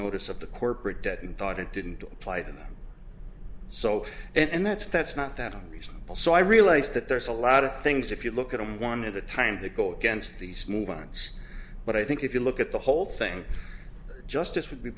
notice of the corporate debt and thought it didn't apply to them so and that's that's not that reason so i realize that there's a lot of things if you look at them one at a time to go against these movements but i think if you look at the whole thing justice would be